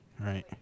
Right